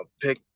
pick